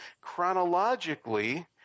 chronologically